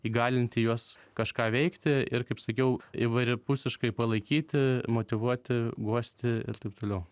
įgalinti juos kažką veikti ir kaip sakiau įvairiapusiškai palaikyti motyvuoti guosti ir taip toliau